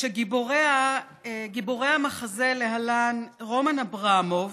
גיבורי המחזה להלן: רומן אברמוב,